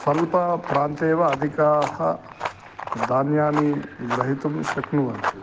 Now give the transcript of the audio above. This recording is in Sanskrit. स्वल्पप्रान्ते एव अधिकानि धान्यानि ग्रहीतुं शक्नुवन्ति